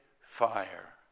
fire